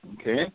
okay